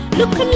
Look